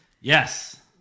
Yes